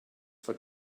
for